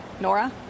Nora